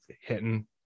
hitting